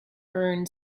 earned